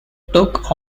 took